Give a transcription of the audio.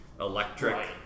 electric